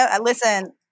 Listen